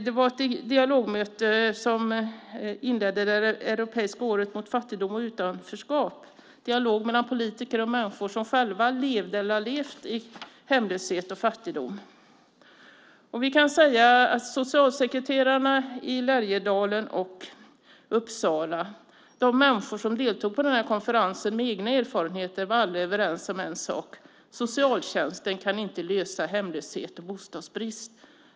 Det var ett dialogmöte som inledde det europeiska året mot fattigdom och utanförskap, en dialog mellan politiker och människor som själva levde eller har levt i hemlöshet och fattigdom. Vi kan säga att socialsekreterarna i Lärjedalen och Uppsala, de människor som med egna erfarenheter deltog i denna konferens, alla var överens om en sak: Socialtjänsten kan inte lösa hemlöshet och bostadsbrist.